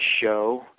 show